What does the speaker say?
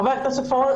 חבר הכנסת פורר,